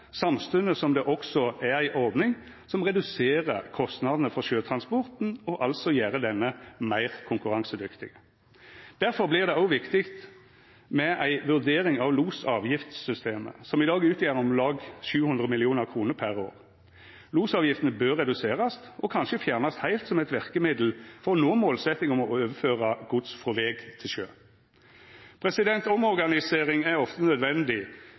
samstundes som det også er ei ordning som reduserer kostnadene for sjøtransporten og altså gjer han meir konkurransedyktig. Derfor blir det også viktig med ei vurdering av losavgiftssystemet, som i dag utgjer om lag 700 mill. kr per år. Losavgiftene bør reduserast, og kanskje bør dei fjernast heilt som eit verkemiddel for å nå målsetjinga om å overføre gods frå veg til sjø. Omorganisering er ofte nødvendig